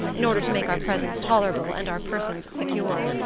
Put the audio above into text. in order to make our presence tolerable and our persons secure.